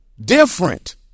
different